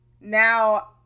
now